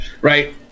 right